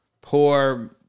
poor